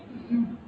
mmhmm